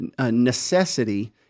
necessity